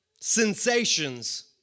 sensations